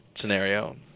scenario